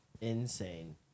Insane